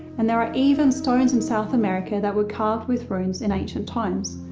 and there are even stones in south america that were carved with runes in ancient times.